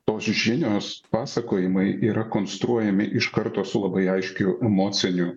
tos žinios pasakojimai yra konstruojami iš karto su labai aiškiu emociniu